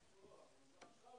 איציק,